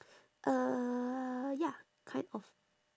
uh ya kind of